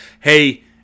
Hey